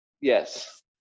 Yes